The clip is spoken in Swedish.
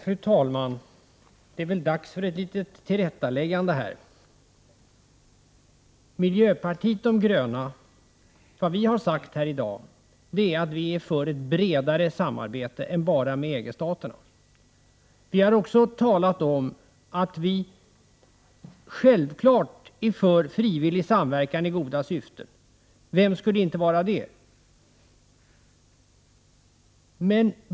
Fru talman! Det är väl dags för ett litet tillrättaläggande här. Vad vi från miljöpartiet de gröna har sagt här i dag är att vi är för ett bredare samarbete än bara med EG-länderna. Vi har också talat om att vi självfallet är för frivillig samverkan i goda syften. Vem skulle inte vara det?